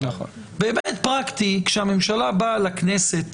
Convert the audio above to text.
בהיבט פרקטי, כשהממשלה באה לכנסת